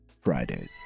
fridays